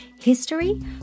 History